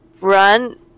run